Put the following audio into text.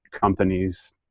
companies